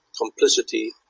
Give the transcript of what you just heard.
complicity